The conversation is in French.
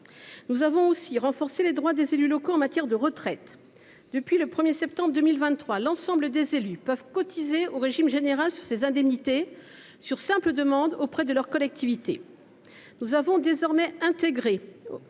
Nous avons aussi renforcé les droits des élus locaux en matière de retraite. Depuis le 1 septembre 2023, l’ensemble des élus peuvent cotiser au régime général sur ces indemnités après une simple demande auprès de leur collectivité. Nous avons désormais intégré